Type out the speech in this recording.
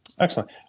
Excellent